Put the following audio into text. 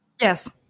yes